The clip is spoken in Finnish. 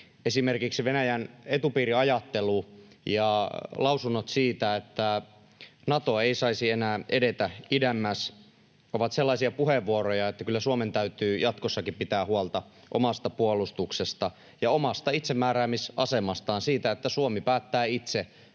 Esimerkiksi Venäjän etupiiriajattelupuheet ja lausunnot siitä, että Nato ei saisi enää edetä idemmäs, ovat sellaisia puheenvuoroja, että kyllä Suomen täytyy jatkossakin pitää huolta omasta puolustuksestaan ja omasta itsemääräämisasemastaan — siitä, että Suomi päättää itse,